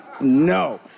No